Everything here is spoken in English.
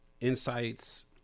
insights